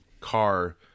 car